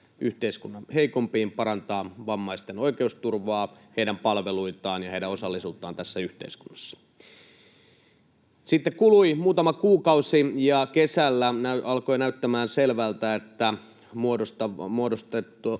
yhteiskunnan heikoimpiin sekä parantaa vammaisten oikeusturvaa, heidän palveluitaan ja heidän osallisuuttaan tässä yhteiskunnassa. Sitten kului muutama kuukausi, ja kesällä alkoi näyttämään selvältä, että muodostettava